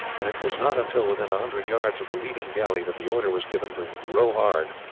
and it was not until within a hundred yards of the leading galley that the order was given to row hard.